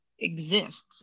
Exists